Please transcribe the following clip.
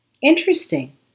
Interesting